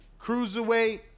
Cruiserweight